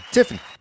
Tiffany